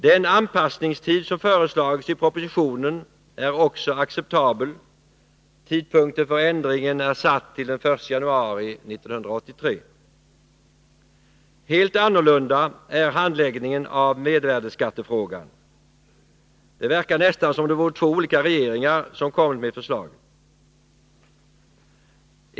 Den anpassningstid som föreslagits i propositionen är också acceptabel — tidpunkten för ändringen är satt till den 1 januari 1983. Helt annorlunda är handläggningen av mervärdeskattefrågan — det verkar nästan som om det vore två olika regeringar som kommit med förslagen.